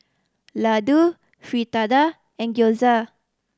Ladoo Fritada and Gyoza